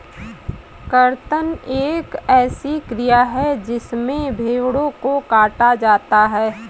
कर्तन एक ऐसी क्रिया है जिसमें भेड़ों को काटा जाता है